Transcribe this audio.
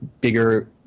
bigger